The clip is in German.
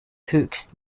höchst